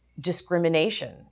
discrimination